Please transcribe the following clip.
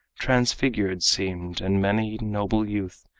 transfigured seemed and many noble youth,